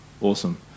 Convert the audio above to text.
Awesome